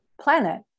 planet